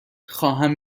خواهم